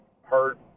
hurt